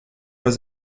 was